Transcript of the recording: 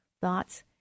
thoughts